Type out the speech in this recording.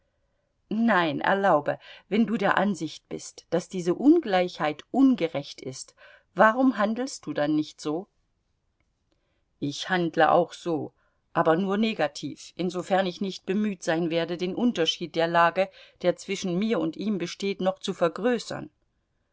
nein erlaube wenn du der ansicht bist daß diese ungleichheit ungerecht ist warum handelst du dann nicht so ich handle auch so aber nur negativ insofern ich nicht bemüht sein werde den unterschied der lage der zwischen mir und ihm besteht noch zu vergrößern